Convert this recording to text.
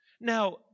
Now